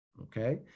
okay